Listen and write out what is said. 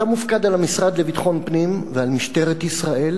אתה מופקד על המשרד לביטחון פנים ועל משטרת ישראל,